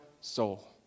soul